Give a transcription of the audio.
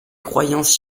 croyances